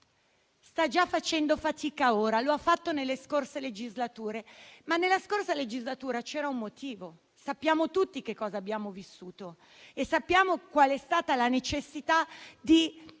Sta già facendo fatica ora. Ha fatto fatica nelle scorse legislature, ma nella scorsa legislatura c'era un motivo. Ricordiamo tutti che cosa abbiamo vissuto e sappiamo qual è stata la necessità di